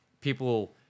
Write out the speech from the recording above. people